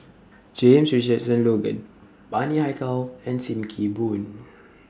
James Richardson Logan Bani Haykal and SIM Kee Boon